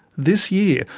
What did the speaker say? this year,